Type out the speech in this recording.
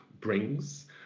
brings